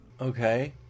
Okay